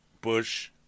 Bush